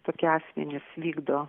tokie asmenys vykdo